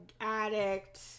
addict